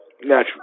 Natural